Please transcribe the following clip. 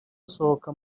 usohoka